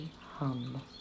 hum